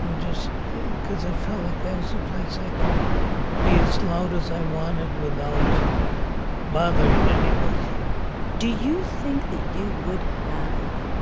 and just because i felt like that was a place i could be as loud as i wanted without bothering anybody do you think that you would have